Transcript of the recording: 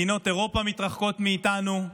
מדינות אירופה מתרחקות מאיתנו,